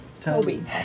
Toby